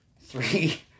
three